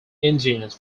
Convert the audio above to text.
indians